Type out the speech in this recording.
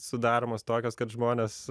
sudaromos tokios kad žmonės